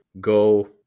go